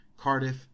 Cardiff